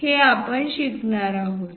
हे आपण शिकणार आहोत